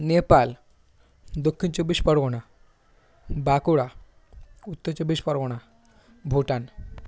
নেপাল দক্ষিণ চব্বিশ পরগনা বাঁকুড়া উত্তর চব্বিশ পরগনা ভুটান